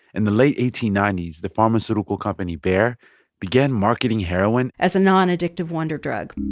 in the late eighteen ninety s, the pharmaceutical company bayer began marketing heroin. as a non-addictive wonder drug